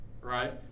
right